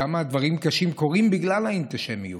כמה דברים קשים שקורים בגלל האנטישמיות: